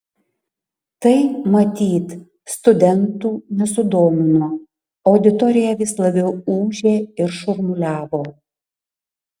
tai matyt studentų nesudomino auditorija vis labiau ūžė ir šurmuliavo